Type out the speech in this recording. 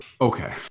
Okay